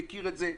מכיר את זה.